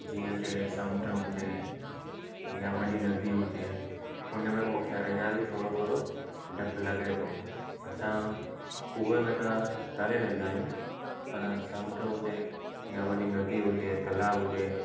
जीअं के समुंड हुजे यां वॾी नदी हुजे हुन में मूंखे अञा भी थोरो थोरो डपु लॻे थो असां कूए में त तरे वेंदा आहियूं पर समुंड हुजे या वॾी नदी हुजे तलाउ हुजे